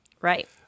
Right